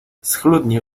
schludnie